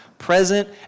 present